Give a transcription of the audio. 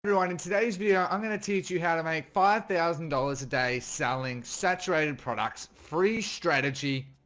everyone in today's video. i'm gonna teach you how to make five thousand dollars a day selling saturated products free strategy.